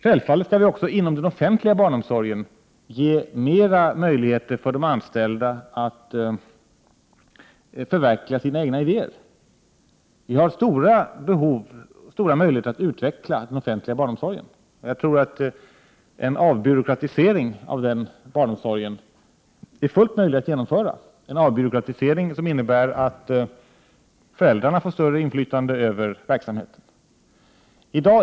Självfallet skall vi även inom den offentliga barnomsorgen ge större möjlighet för de anställda att förverkliga sina egna idéer. Det finns stora möjligheter att utveckla den offentliga barnomsorgen. Det är fullt möjligt att genomföra en avbyråkratisering av den offentliga barnomsorgen — en avbyråkratisering som innebär att föräldrarna får större inflytande över verksamheten.